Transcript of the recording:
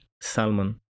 salmon